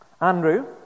Andrew